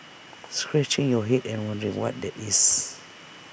scratching your Head and wondering what that is